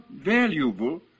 valuable